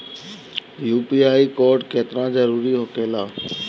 UPI code केतना जरुरी होखेला?